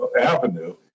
avenue